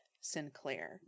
Sinclair